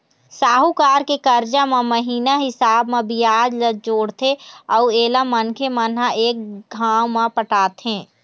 साहूकार के करजा म महिना हिसाब म बियाज ल जोड़थे अउ एला मनखे मन ह एक घांव म पटाथें